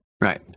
Right